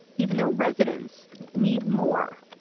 even though residents need more,